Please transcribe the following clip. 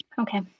Okay